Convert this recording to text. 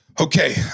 Okay